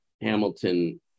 Hamilton